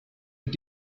mit